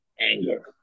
Anger